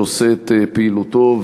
שעושה את פעילותו,